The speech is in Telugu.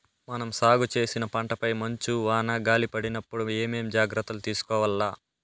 మనం సాగు చేసిన పంటపై మంచు, వాన, గాలి పడినప్పుడు ఏమేం జాగ్రత్తలు తీసుకోవల్ల?